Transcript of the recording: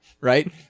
right